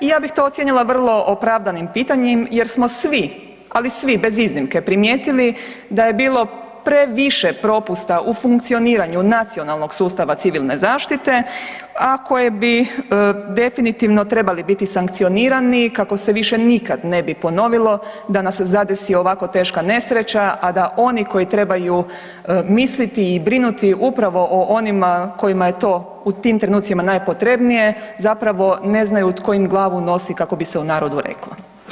I ja bih to ocijenila vrlo opravdanim pitanjem jer smo svi, ali svi bez iznimke primijetili da je bilo previše propusta u funkcioniranju nacionalnog sustava civilne zaštite, a koje bi definitivno trebali biti sankcionirani kako se više nikada ne bi ponovilo da nas zadesi ovako teška nesreća, a da oni koji trebaju misliti i brinuti upravo o onima kojima je to u tim trenucima najpotrebnije zapravo ne znaju tko im glavu nosi kako bi se u narodu reklo.